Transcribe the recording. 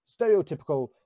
stereotypical